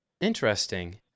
Interesting